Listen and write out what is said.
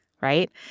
Right